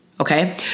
Okay